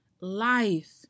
life